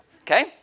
Okay